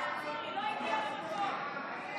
היא לא הגיעה למקום שלה.